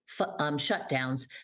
shutdowns